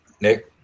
Nick